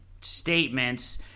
statements